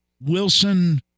Wilson